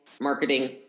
marketing